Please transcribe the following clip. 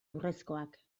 urrezkoak